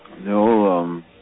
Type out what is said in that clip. No